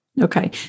Okay